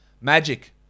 Magic